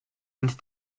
and